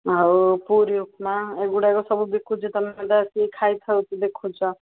ଆଉ ପୁରୀ ଉପମା ଏଗୁଡ଼ାକ ସବୁ ବିକୁଛି ତୁମେ ତ ଆସିକି ଖାଇ ଥାଉଛି ଦେଖୁଛ